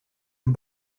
een